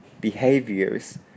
Behaviors